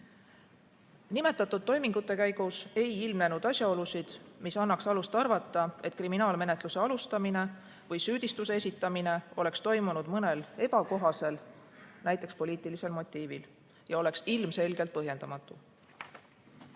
Nimetatud toimingute käigus ei ilmnenud asjaolusid, mis annaks alust arvata, et kriminaalmenetluse alustamine või süüdistuse esitamine oleks toimunud mõnel ebakohasel, näiteks poliitilisel motiivil, ja oleks ilmselgelt põhjendamatu.